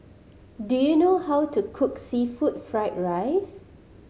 do you know how to cook seafood fried rice